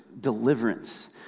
deliverance